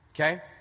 Okay